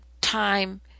time